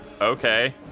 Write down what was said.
Okay